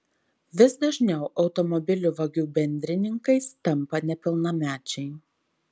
vis dažniau automobilių vagių bendrininkais tampa nepilnamečiai